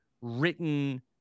written